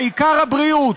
העיקר הבריאות.